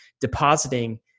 depositing